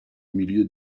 milieu